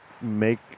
make